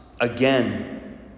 again